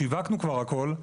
שיווקנו כבר הכול.